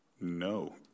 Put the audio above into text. no